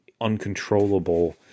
uncontrollable